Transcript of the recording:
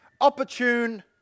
opportune